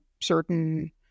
certain